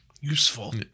useful